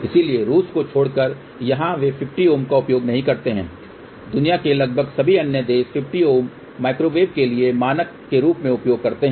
इसलिए रूस को छोड कर जहां वे 50 Ω का उपयोग नहीं करते हैं दुनिया के लगभग सभी अन्य देश 50 Ω माइक्रोवेव के लिए मानक के रूप में उपयोग करते हैं